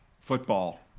football